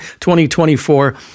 2024